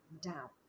down